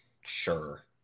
Sure